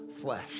flesh